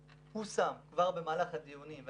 כבר במהלך הדיונים הושם דגש,